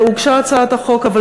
הצעת החוק הוגשה בעבר,